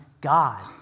God